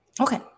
Okay